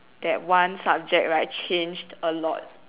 that one subject right changed a lot